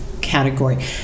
category